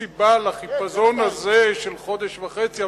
סיבה לחיפזון הזה של חודש וחצי,